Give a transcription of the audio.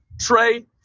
Trey